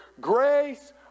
grace